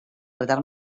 retard